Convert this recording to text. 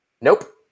Nope